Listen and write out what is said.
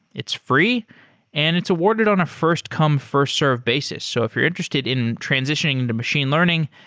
it's free and it's awarded on a first-come first-served basis. so if you're interested in transitioning into machine learning,